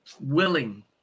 willing